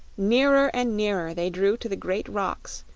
nearer and nearer they drew to the great rocks,